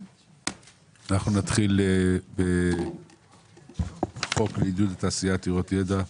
אנחנו נתחיל בחוק לעידוד תעשייה עתירת ידע,